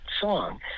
song